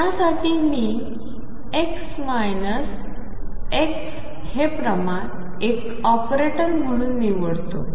त्यासाठी मी x ⟨x⟩ हे प्रमाण एक ऑपरेटर म्हणून निवडतो